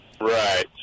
Right